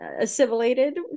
assimilated